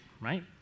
right